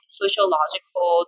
sociological